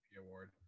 award